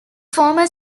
former